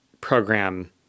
program